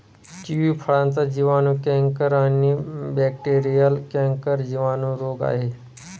kiwi फळाचा जिवाणू canker आणि बॅक्टेरीयल कैंकर जिवाणू रोग आहे